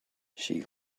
she